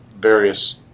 various